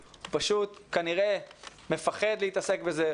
הוא כנראה מפחד להתעסק בזה,